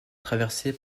traversé